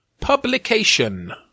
Publication